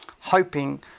hoping